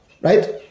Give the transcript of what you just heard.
right